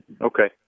Okay